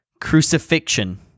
Crucifixion